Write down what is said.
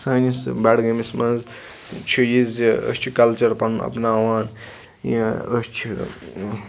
سٲنِس بَڈگٲمِس مَنٛز چھُ یہِ زٕ أسۍ چھِ کَلچَر پَنُن اَپناوان یہِ أسۍ چھِ